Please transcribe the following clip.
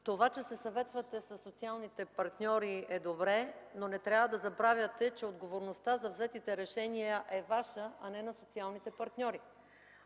това че се съветвате със социалните партньори, е добре, но не трябва да забравяте, че отговорността за взетите решения е Ваша, а не на социалните партньори.